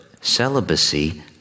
celibacy